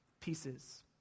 pieces